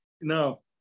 no